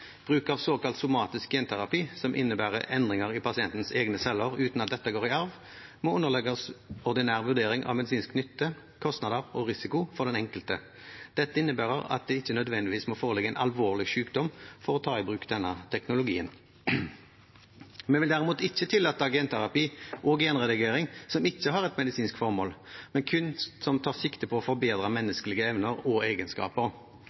Bruk av såkalt somatisk genterapi, som innebærer endringer i pasientens egne celler uten at dette går i arv, må underlegges ordinær vurdering av medisinsk nytte, kostnader og risiko for den enkelte. Dette innebærer at det ikke nødvendigvis må foreligge en alvorlig sykdom for å ta i bruk denne teknologien. Vi vil derimot ikke tillate genterapi og genredigering som ikke har et medisinsk formål, men som kun tar sikte på å forbedre menneskelige evner og egenskaper.